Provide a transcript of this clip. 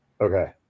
Okay